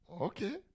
Okay